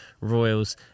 Royals